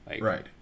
Right